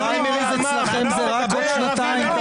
הפריימריז אצלכם זה רק בעוד שנתיים,